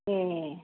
ए